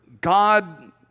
God